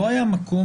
לא היה מקום